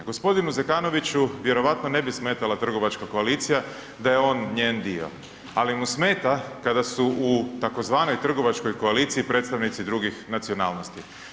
Gospodinu Zekanoviću vjerojatno ne bi smetala trgovačka koalicija da je on njen dio, ali mu smeta kada su u tzv. trgovačkoj koaliciji predstavnici drugih nacionalnosti.